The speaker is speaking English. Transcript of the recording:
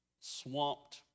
swamped